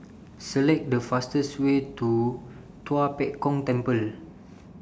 Select The fastest Way to Tua Pek Kong Temple